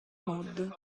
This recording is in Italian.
mod